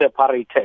separated